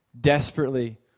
desperately